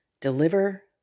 Deliver